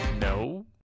No